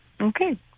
Okay